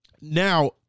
now